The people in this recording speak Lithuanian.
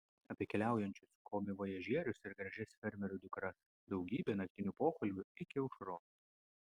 apie keliaujančius komivojažierius ir gražias fermerių dukras daugybė naktinių pokalbių iki aušros